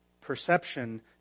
Perception